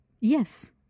Yes